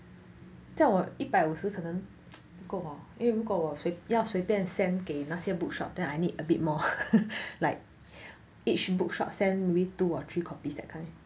叫我一百五十可能不够 hor 因为如果要我随便 send 给那些 bookshop then I need a bit more like each bookshop send maybe two or three copies that kind